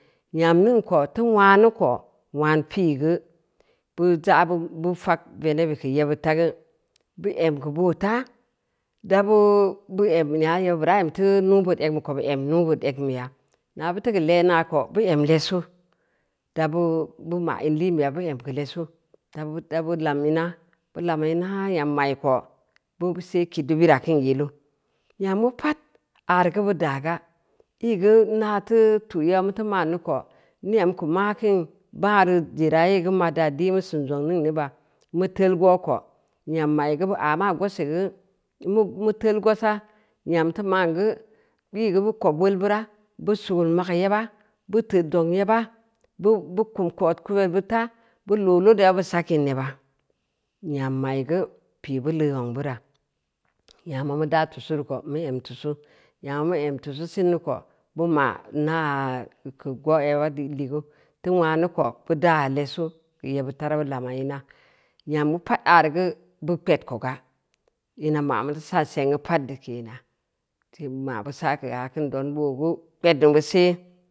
Nyam ningn ko teu nwanu ko nwan pi’i geu bu za’ bu fag venebu keu yebbid ta geu bu em keu boo ta, dabu bu eg nya yebbid bura em teu nuu bood egn bu ko bu em nuu-bood egnbeya, nga buteu keu le naa ko bae m lesu, dabu bu mo’ in liin beya bu em keu lesu dabu lam ina bu lam in haaa nyam mai ko bub u se kid bu bira kin yilu, nyam geu pad, areu geu bu daaga, ii geu in a teu tu yeba mutu ma’n neu ko, niyam keu bangna reu zera yee geu mud yaa de’i mu sin zong ningni ba, mu teel go’ ko nyam mai ga’ bu aa maa gosi geu mu teul gosa nyam teu ma’n geu bu ii geu bu kob weel bira bu sugeul mageu yeba, ba teud zongn yeba, bu kum keu odkuduel bid ta, bu loo lod yeba bu sak in yeba, nyam mai geu, pii bu leu zongbara, nyama mu daa tusu reu ko mu em tusu, nyama mu em tusu sin neu ka mu ma’ ina keu go’ yeba liuu, teu nwanu ko bud aa lesu yebbid dabu lama ina nyam geu pad areu geu bu kped koga, ina ma’u sa sengn pad deu kenan, ma’ bu sa’ keu aa kin, don boo geu kpedn be buse.